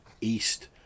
east